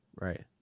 Right